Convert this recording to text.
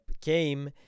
came